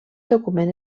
document